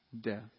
death